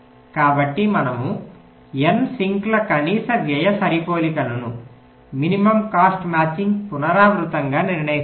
కాబట్టి మనము N సింక్ల కనీస వ్యయ సరిపోలికను పునరావృతంగా నిర్ణయిస్తాము